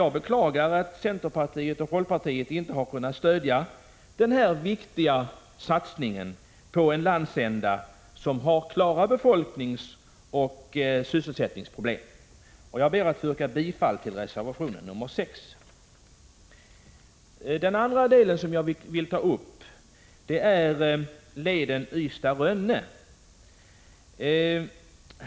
Jag beklagar att centerpartiet och folkpartiet inte har kunnat stödja denna viktiga satsning på en landsända som har klara befolkningsoch sysselsättningsproblem. Jag ber att få yrka bifall till reservation nr 6. Den andra frågan gäller leden Ystad-Rönne.